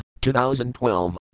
2012